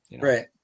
Right